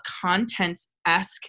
contents-esque